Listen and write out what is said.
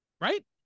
right